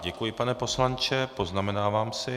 Děkuji, pane poslanče, poznamenávám si.